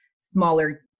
smaller